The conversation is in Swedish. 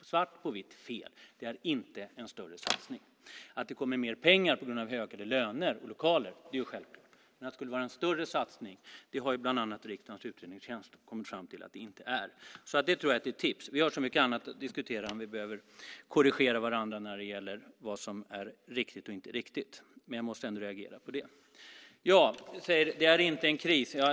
svart på vitt att det är fel. Det är inte en större satsning. Att det kommer mer pengar på grund av högre löner och lokalkostnader är självklart. Men att det skulle vara en större satsning? Det har bland annat riksdagens utredningstjänst kommit fram till att det inte är. Det är ett tips. Vi har mycket annat att diskutera än att behöva korrigera varandra när det gäller vad som är riktigt och inte riktigt. Men jag måste ändå reagera på detta. Det är inte en kris, säger Beatrice Ask.